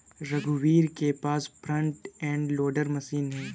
रघुवीर के पास फ्रंट एंड लोडर मशीन है